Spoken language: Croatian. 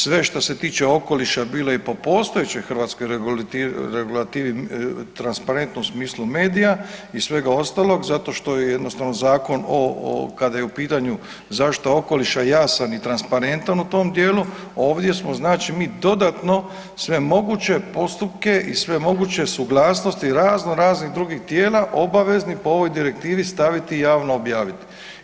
Sve što se tiče okoliša bilo je i po postojećoj hrvatskoj regulativi transparentno u smislu medija i svega ostalog, zato što je jednostavno Zakon o, kada je u pitanju zaštita okoliša jasan i transparentan u tom dijelu, ovdje smo znači mi dodatno, sve moguće postupke i sve moguće suglasnosti, razno, raznih drugih tijela obavezni po ovoj Direktivi staviti i javno objaviti.